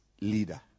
leader